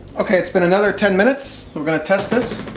okay, it's been another ten minutes. we're gonna test this.